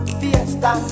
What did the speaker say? fiesta